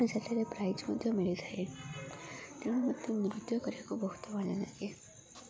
ସେଠାରେ ପ୍ରାଇଜ୍ ମଧ୍ୟ ମିଳିଥାାଏ ତେଣୁ ମୋତେ ନୃତ୍ୟ କରିବାକୁ ବହୁତ ଭଲ ଲାଗେ